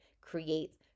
creates